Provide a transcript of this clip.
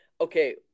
okay